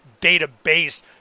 database